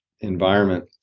environment